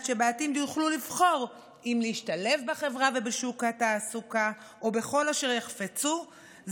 שבעתיד הם יוכלו לבחור אם להשתלב בחברה ובשוק התעסוקה או בכל אשר יחפצו,